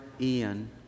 Ian